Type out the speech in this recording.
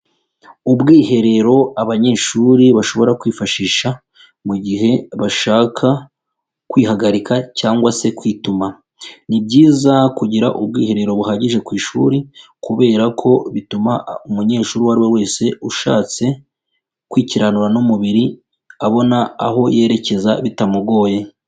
Ubwiherero abanyeshuri bashobora kwifashisha mu gihe bashaka kwihagarika cyangwa se kwituma. Ni byiza kugira ubwiherero buhagije ku ishuri kubera ko bituma umunyeshuri uwo ari we wese ushatse kwikiranura n'umubiri, abona aho yerekeza bitamugoye.